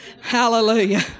Hallelujah